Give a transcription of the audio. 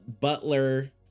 butler